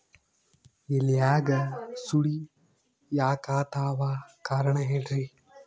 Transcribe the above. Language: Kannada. ಎಲ್ಯಾಗ ಸುಳಿ ಯಾಕಾತ್ತಾವ ಕಾರಣ ಹೇಳ್ರಿ?